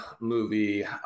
movie